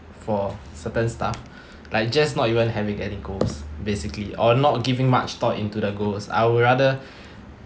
for certain stuff like just not even having any goals basically or not giving much thought into the goals I would rather